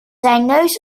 neus